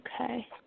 Okay